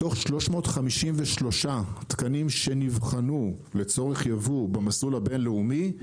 מתוך 353 תקנים שנבחנו לצורך ייבוא במסלול הבינלאומי,